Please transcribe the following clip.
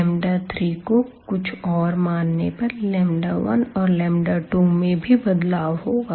3को कुछ और मानने पर 1 और 2में भी बदलाव होगा